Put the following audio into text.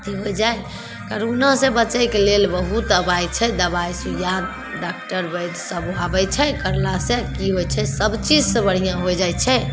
अथी हो जाइ करोना से बचैके लेल बहुत दबाइ छै दबाइ सुइया डॉक्टर बैध सभ आबै छै करला से की होइ छै सभचीज सँ बढ़िआँ हो जाइ छै